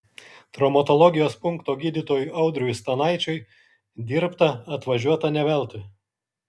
traumatologijos punkto gydytojui audriui stanaičiui dirbta atvažiuota ne veltui